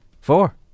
Four